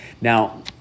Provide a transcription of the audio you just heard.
now